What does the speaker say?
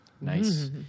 Nice